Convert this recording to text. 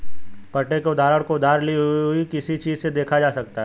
पट्टे के उदाहरण को उधार ली हुई किसी चीज़ से देखा जा सकता है